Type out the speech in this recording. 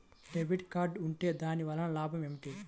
Debit card ఉంటే దాని వలన లాభం ఏమిటీ?